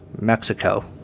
Mexico